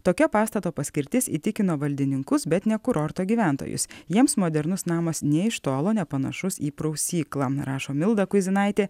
tokia pastato paskirtis įtikino valdininkus bet ne kurorto gyventojus jiems modernus namas nė iš tolo nepanašus į prausyklą rašo milda kuizinaitė